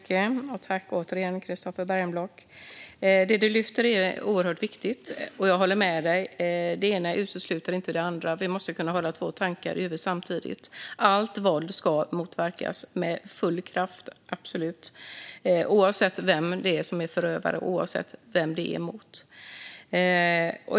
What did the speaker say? Herr talman! Det ledamoten lyfter fram är oerhört viktigt, och jag håller med om att det ena inte utesluter det andra. Vi måste kunna hålla två tankar i huvudet samtidigt. Allt våld ska absolut motverkas med full kraft, oavsett vem som är förövare och oavsett vem det är mot.